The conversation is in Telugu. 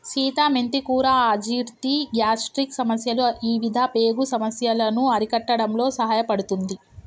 సీత మెంతి కూర అజీర్తి, గ్యాస్ట్రిక్ సమస్యలు ఇవిధ పేగు సమస్యలను అరికట్టడంలో సహాయపడుతుంది